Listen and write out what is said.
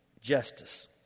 justice